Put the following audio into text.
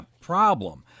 problem